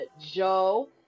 Joe